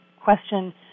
question